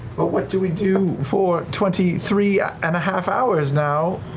but what do we do for twenty three and a half hours now?